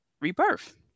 rebirth